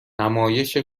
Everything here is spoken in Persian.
نمایش